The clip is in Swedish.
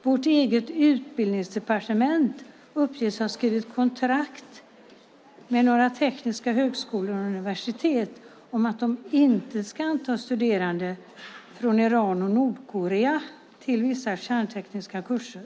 Vårt eget utbildningsdepartement uppges ha skrivit kontrakt med några tekniska högskolor och universitet om att de inte ska anta studerande från Iran och Nordkorea till vissa kärntekniska kurser.